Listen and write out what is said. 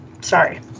Sorry